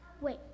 Wait